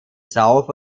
south